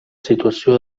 situació